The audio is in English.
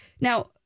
Now